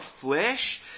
flesh